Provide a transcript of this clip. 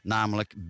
Namelijk